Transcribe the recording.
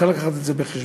צריך להביא את זה בחשבון.